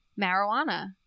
Marijuana